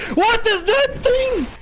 what is that thing!